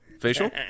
Facial